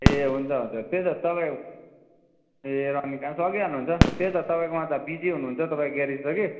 ए हुन्छ हुन्छ त्यही त तपाईँ ए अनि काम सकिहाल्नु हुन्छ त्यही त तपाईँक मा त बिजी हुनुहुन्छ तपाईँको ग्यारेज त कि